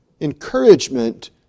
encouragement